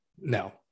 No